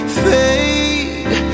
fade